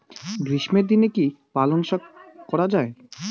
গ্রীষ্মের দিনে কি পালন শাখ করা য়ায়?